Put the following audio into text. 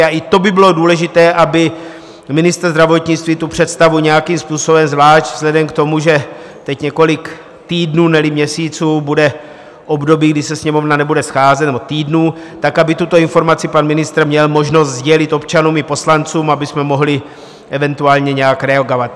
A i to by bylo důležité, aby ministr zdravotnictví tu představu nějakým způsobem, zvlášť vzhledem k tomu, že teď několik týdnů, neli měsíců bude období, kdy se Sněmovna nebude scházet, nebo týdnů, tak aby tuto informaci pan ministr měl možnost sdělit občanům i poslancům, abychom mohli eventuálně nějak reagovat.